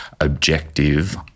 objective